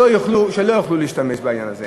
שלא יוכלו להשתמש במאגר.